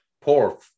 Poor